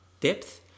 depth